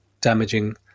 damaging